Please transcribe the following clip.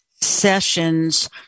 sessions